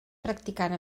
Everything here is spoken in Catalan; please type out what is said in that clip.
practicant